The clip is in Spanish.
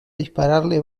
dispararle